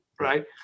right